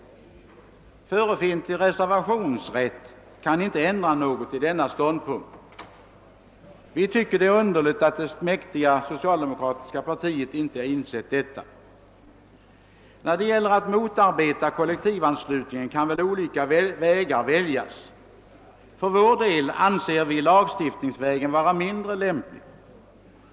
Förefintlig reservationsrätt kan inte ändra något i denna ståndpunkt. Vi tycker att det är underligt att det mäktiga socialdemokratiska partiet inte insett detta. När det gäller att motarbeta kollektivanslutning kan väl olika vägar väljas. För vår del anser vi lagstiftningsvägen vara mindre lämplig.